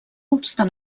obstant